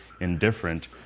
indifferent